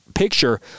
Picture